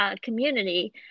Community